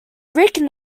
rick